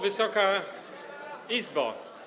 Wysoka Izbo!